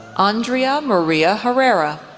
andrea maria herrera,